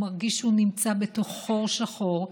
והוא מרגיש שהוא נמצא בתוך חור שחור.